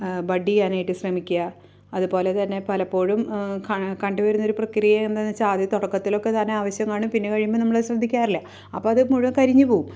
bud ചെയ്യാനായിട്ട് ശ്രമിക്കുക അതുപോല തന്നെ പലപ്പോഴും കണ്ടുവരുന്നൊരു ഒരു പ്രക്രിയ എന്താണെന്നുവച്ചാല് ആദ്യം തുടക്കത്തിലൊക്കെ തന്നെ ആവേശമാണ് പിന്നെ കഴിയുമ്പോള് നമ്മള് ശ്രദ്ധിക്കാറില്ല അപ്പോള് അത് മുഴുവൻ കരിഞ്ഞുപോവും